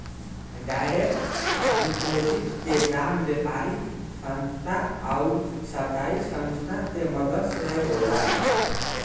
direct deposit के काम व्यापारिक संस्था आउर सरकारी संस्था के मदद से होला